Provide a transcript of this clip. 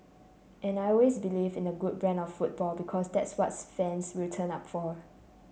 and I always believed in a good brand of football because that's what fans will turn up for